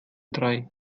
drei